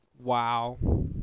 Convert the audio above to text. Wow